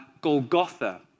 Golgotha